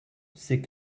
c’est